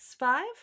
five